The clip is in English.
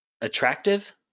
attractive